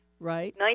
Right